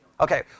Okay